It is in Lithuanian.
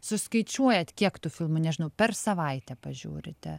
suskaičiuojat kiek tų filmų nežinau per savaitę pažiūrite